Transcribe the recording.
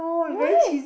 why